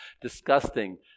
disgusting